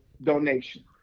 donation